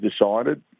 decided